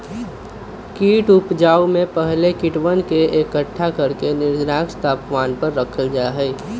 कीट उपजाऊ में पहले कीटवन के एकट्ठा करके निश्चित तापमान पर रखल जा हई